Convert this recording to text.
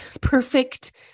perfect